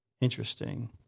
Interesting